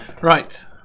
Right